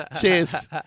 Cheers